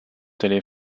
télé